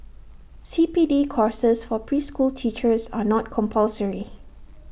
C P D courses for preschool teachers are not compulsory